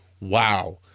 Wow